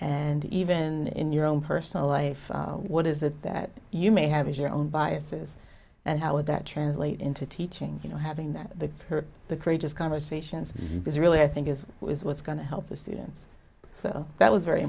and even your own personal life what is it that you may have is your own biases and how would that translate into teaching you know having that the the courageous conversations because really i think is is what's going to help the students so that was very